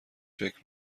فکر